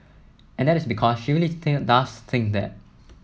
and that is because she really does think that